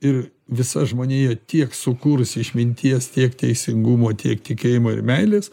ir visa žmonija tiek sukūrusi išminties tiek teisingumo tiek tikėjimo ir meilės